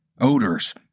odors